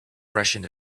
freshen